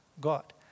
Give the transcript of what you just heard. God